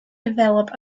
develop